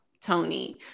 Tony